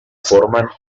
formen